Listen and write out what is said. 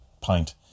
pint